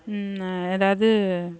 எதாவது